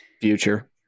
Future